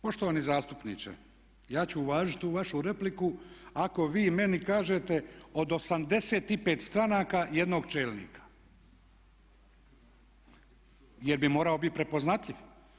Poštovani zastupniče, ja ću uvažiti tu vašu repliku ako vi meni kažete od 85 stranaka jednog čelnika, jer bi morao bit prepoznatljiv.